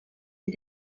sie